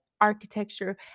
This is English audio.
architecture